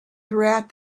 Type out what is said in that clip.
throughout